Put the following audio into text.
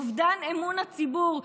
אובדן אמון הציבור,